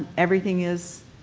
everything is